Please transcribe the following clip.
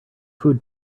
food